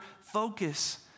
focus